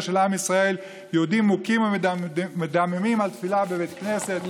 של עם ישראל: יהודים מוכים ומדממים על תפילה בבית כנסת.